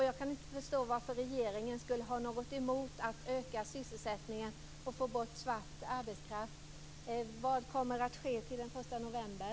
Jag kan inte förstå varför regeringen skulle ha något emot att öka sysselsättningen och få bort svart arbetskraft. Vad kommer att ske till den 1 november?